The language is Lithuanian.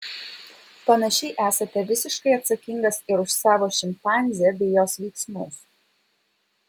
panašiai esate visiškai atsakingas ir už savo šimpanzę bei jos veiksmus